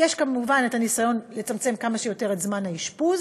יש כמובן הניסיון לצמצם כמה שיותר את זמן האשפוז.